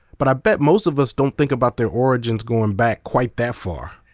but i bet most of us don't think about their origins going back quite that far.